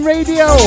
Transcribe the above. Radio